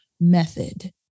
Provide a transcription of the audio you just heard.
method